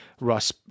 Russ